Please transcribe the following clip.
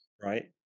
right